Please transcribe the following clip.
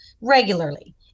regularly